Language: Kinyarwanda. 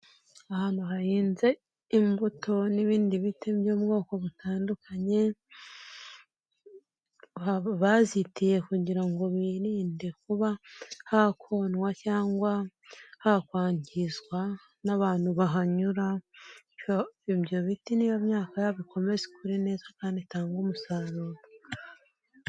Ahantu hahinze imbuto n'ibindi biti by'ubwoko butandukanye, bazitiye kugira ngo birinde kuba hakonwa cyangwa hakwangizwa n'abantu bahanyura, bityo ibyo biti niyo myaka yabo ikomeze ikure neza kandi itange umusaruro.